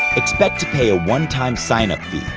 expect to pay a one-time sign-up fee,